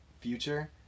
future